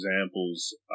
examples